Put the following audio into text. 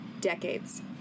decades